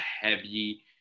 heavy